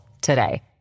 today